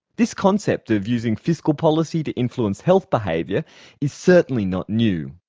this concept of using fiscal policy to influence health behaviour is certainly not new.